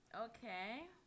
Okay